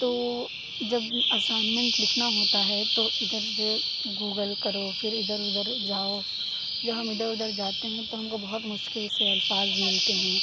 تو جب اسائنمنٹ لکھنا ہوتا ہے تو ادھر سے گوگل کرو پھر ادھر ادھر جاؤ جب ہم ادھر ادھر جاتے ہیں تو ہم کو بہت مشکل سے الفاظ ملتے ہیں